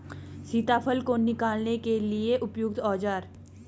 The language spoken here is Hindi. सीताफल को निकालने के लिए उपयुक्त औज़ार?